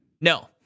No